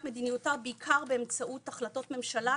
מדיניותה בעיקר באמצעות החלטות ממשלה.